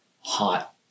hot